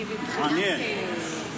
מעניין.